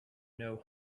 know